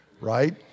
right